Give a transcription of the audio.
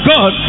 God